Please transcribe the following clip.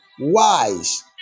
wise